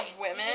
Women